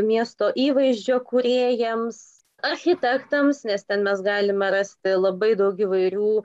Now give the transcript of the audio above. miesto įvaizdžio kūrėjams architektams nes ten mes galime rasti labai daug įvairių